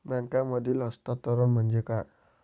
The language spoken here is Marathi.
बँकांमधील हस्तांतरण म्हणजे काय?